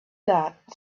that